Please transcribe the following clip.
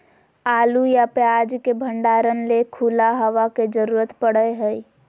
आलू या प्याज के भंडारण ले खुला हवा के जरूरत पड़य हय